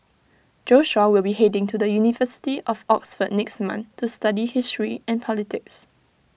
Joshua will be heading to the university of Oxford next month to study history and politics